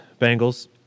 Bengals